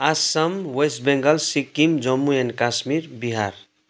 Assam west Bengal Sikkim Jammu and Kashmir Bihar